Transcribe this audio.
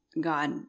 God